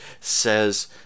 says